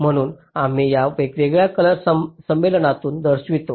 म्हणून आम्ही त्यांना वेगवेगळ्या कलर संमेलनातून दर्शवितो